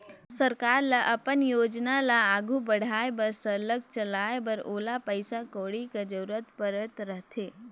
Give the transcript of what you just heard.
सरकार ल अपन योजना ल आघु बढ़ाए बर सरलग चलाए बर ओला पइसा कउड़ी कर जरूरत परत रहथे